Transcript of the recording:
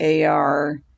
AR